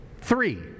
three